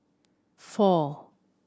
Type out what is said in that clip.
four